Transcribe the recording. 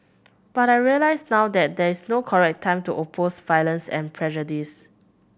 but I realise now that there is no correct time to oppose violence and prejudice